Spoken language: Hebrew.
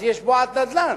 אז יש בועת נדל"ן,